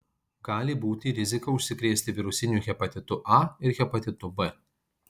gali būti rizika užsikrėsti virusiniu hepatitu a ir hepatitu b